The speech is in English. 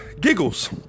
Giggles